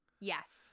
Yes